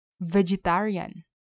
Vegetarian